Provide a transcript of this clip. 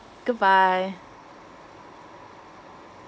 goodbye